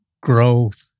growth